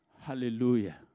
Hallelujah